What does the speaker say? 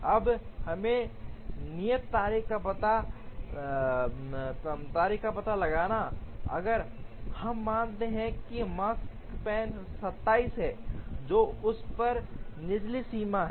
अब हमें नियत तारीखों का पता लगाने अगर हम मानते हैं कि मकस्पैन 27 है जो उस पर निचली सीमा है